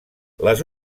les